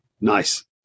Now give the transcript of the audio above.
nice